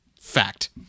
fact